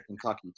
Kentucky